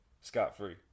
scot-free